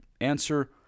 Answer